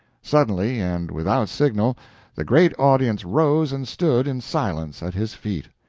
suddenly and without signal the great audience rose and stood in silence at his feet.